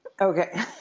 Okay